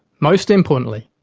most importantly,